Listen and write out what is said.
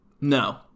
No